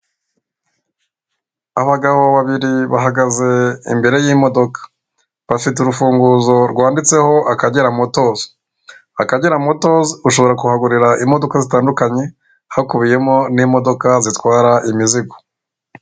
Abagabo babiri bahagaze imbere y'imodoka bafite urufunguzo rwanditseho akagera motozi. Akagera motozi ushobora kuhagurira imodoka zitandukanye, hakubiyemo n'imodoka zitwara imizigo.